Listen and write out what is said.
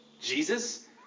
Jesus